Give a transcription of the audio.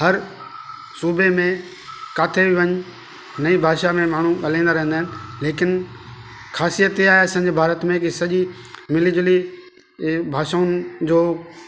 हर सूबे में काथे बि वञ नई भाषा में माण्हू ॻाल्हाईंदा रहंदा आहिनि लेकिन ख़ासियत इहा आहे असांजे भारत में की सॼी मिली झूली इअ भाषाउनि जो